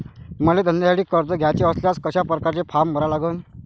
मले धंद्यासाठी कर्ज घ्याचे असल्यास कशा परकारे फारम भरा लागन?